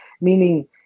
Meaning